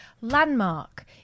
Landmark